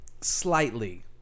slightly